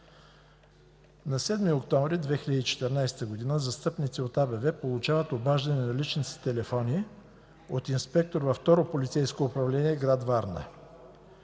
На 7 октомври 2014 г. застъпници от АБВ получават обаждане на личните си телефони от инспектор във Второ полицейско управление – гр. Варна.